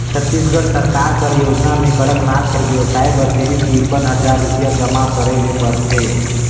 छत्तीसगढ़ सरकार कर योजना में कड़कनाथ कर बेवसाय बर सिरिफ तिरपन हजार रुपिया जमा करे ले परथे